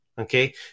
Okay